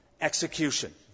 execution